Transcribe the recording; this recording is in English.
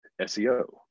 SEO